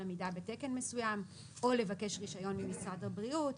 עמידה בתקן מסוים או לבקש רישיון ממשרד הבריאות.